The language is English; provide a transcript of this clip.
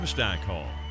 Stockholm